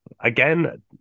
Again